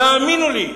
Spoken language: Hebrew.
תאמינו לי.